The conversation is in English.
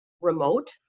remote